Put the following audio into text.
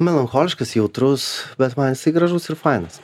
melancholiškas jautrus bet man jisai gražus ir fainas